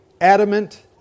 adamant